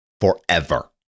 forever